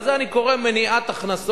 לזה אני קורא מניעת הכנסות.